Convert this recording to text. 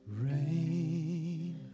Rain